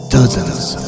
Dozens